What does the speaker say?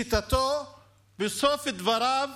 לשיטתו להתייחס בסוף דבריו